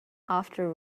after